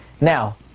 Now